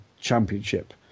championship